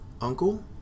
uncle